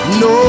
no